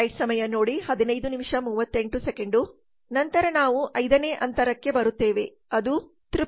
ನಂತರ ನಾವು ಐದನೇ ಅಂತರಕ್ಕೆ ಬರುತ್ತೇವೆ ಅದು ತೃಪ್ತಿ